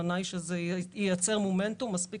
הכוונה היא שזה ייצר מומנטום מספיק